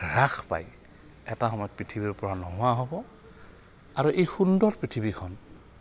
হ্ৰাস পায় এটা সময়ত পৃথিৱীৰপৰা নোহোৱা হ'ব আৰু এই সুন্দৰ পৃথিৱীখন